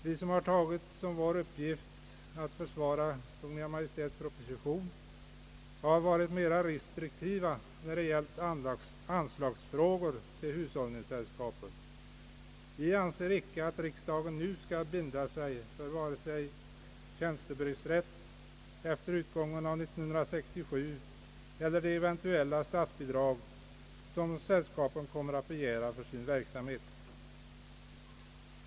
Vi som har tagit som vår uppgift att försvara Kungl. Maj:ts proposition har varit mera restriktiva än Övriga när det gällt anslag till hushållningssällskapen. Vi anser inte att riksdagen nu skall binda sig för vare sig tjänstebrevsrätt efter utgången av 1967 eller eventuella statsbidrag som sällskapen kommer att begära för sin verksamhet.